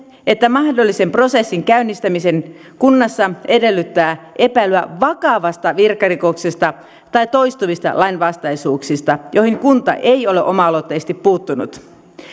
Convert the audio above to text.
että mahdollisen prosessin käynnistäminen kunnassa edellyttää epäilyä vakavasta virkarikoksesta tai toistuvista lainvastaisuuksista joihin kunta ei ole oma aloitteisesti puuttunut